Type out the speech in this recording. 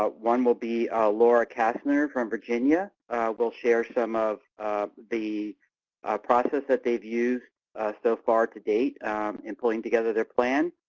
ah one will be laura kassner from virginia will share some of the processes that they've used so far to date in pulling together their plan.